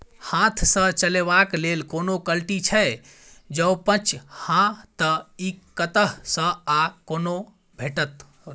हाथ सऽ चलेबाक लेल कोनों कल्टी छै, जौंपच हाँ तऽ, इ कतह सऽ आ कोना भेटत?